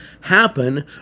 happen